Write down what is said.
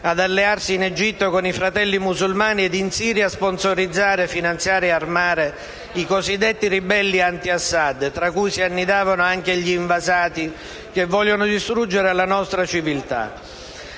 ad allearsi in Egitto con i Fratelli musulmani e in Siria a sponsorizzare, finanziare ed armare i cosiddetti ribelli anti-Assad, tra cui si annidavano anche gli invasati che vogliono distruggere la nostra civiltà.